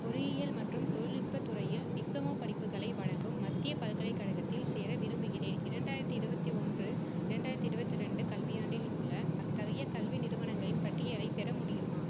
பொறியியல் மற்றும் தொழில்நுட்பத் துறையில் டிப்ளமா படிப்புகளை வழங்கும் மத்தியப் பல்கலைக்கழகத்தில் சேர விரும்புகிறேன் இரண்டாயிரத்தி இருபத்தி ஒன்று இரண்டாயிரத்தி இருபத்தி ரெண்டு கல்வியாண்டில் உள்ள அத்தகைய கல்வி நிறுவனங்களின் பட்டியலை பெற முடியுமா